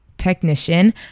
technician